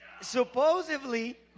supposedly